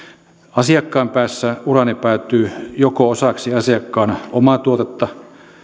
asiakkaan päässä uraani päätyy osaksi asiakkaan omaa tuotetta